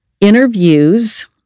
interviews